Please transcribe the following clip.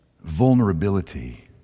vulnerability